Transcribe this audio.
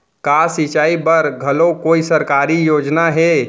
का सिंचाई बर घलो कोई सरकारी योजना हे?